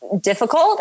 difficult